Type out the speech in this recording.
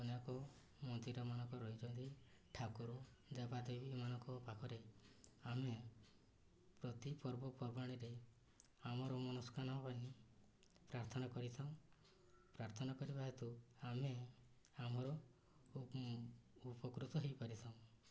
ଅନେକ ମନ୍ଦିରମାନଙ୍କ ରହିଛନ୍ତି ଠାକୁର ଦେବାଦେବୀ ଏମାନଙ୍କ ପାଖରେ ଆମେ ପ୍ରତି ପର୍ବପର୍ବାଣିରେ ଆମର ମନସ୍କାମନା ପାଇଁ ପ୍ରାର୍ଥନା କରିଥାଉଁ ପ୍ରାର୍ଥନା କରିବା ହେତୁ ଆମେ ଆମର ଉପକୃତ ହେଇପାରିଥାଉଁ